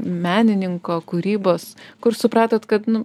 menininko kūrybos kur supratot kad nu